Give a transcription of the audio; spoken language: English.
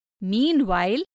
Meanwhile